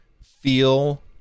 feel